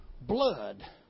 Blood